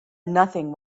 nothing